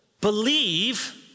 believe